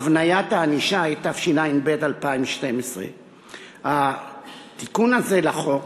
(הבניית הענישה), התשע"ב 2012. התיקון הזה לחוק